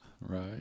Right